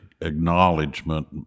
acknowledgement